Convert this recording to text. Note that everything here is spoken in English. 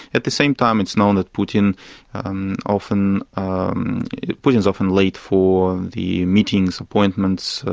at the same time, it's known that putin's often um putin's often late for the meetings, appointments,